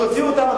תוציאו אותם?